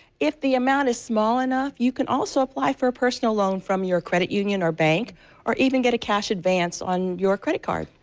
if the amount is small enough, you can also apply for apparently loan from your credit union or bank or even get a cash advance on your credit card.